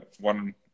One